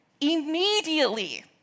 Immediately